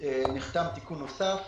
נחתם תיקון נוסף